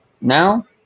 now